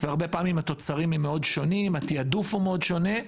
הרבה פעמים התוצרים מאוד שונים והתעדוף מאוד שונה.